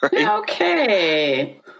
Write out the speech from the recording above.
Okay